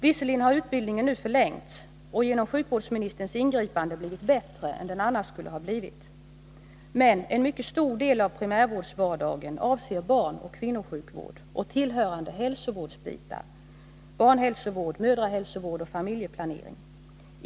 Visserligen har utbildningen nu förlängts och genom sjukvårdsministerns ingripande blivit bättre än den annars skulle ha blivit, men en mycket stor del av primärvårdsvardagen är barnoch kvinnosjukvård och tillhörande hälsovårdsbitar: barnhälsovård, mödravård och familjeplanering.